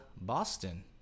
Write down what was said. Boston